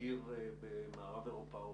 בעיר במערב אירופה,